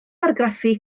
argraffu